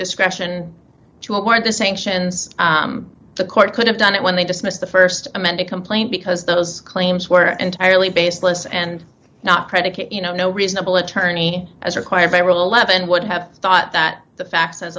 discretion to award the sanctions the court could have done it when they dismissed the st amended complaint because those claims were entirely baseless and not predicate you know no reasonable attorney as required by rule eleven would have thought that the facts as